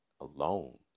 alone